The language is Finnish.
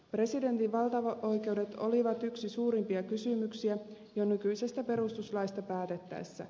presidentin valtaoikeudet olivat yksi suurimpia kysymyksiä jo nykyisestä perustuslaista päätettäessä